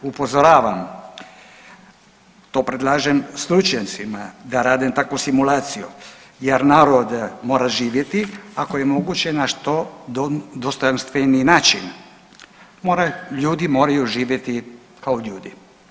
Upozoravam, to predlažem stručnjacima da rade takvu simulaciju jer narod mora živjeti ako je moguće na što dostojanstveniji način, ljudi moraju živjeti kao ljudi.